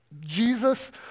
Jesus